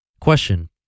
Question